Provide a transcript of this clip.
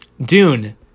Dune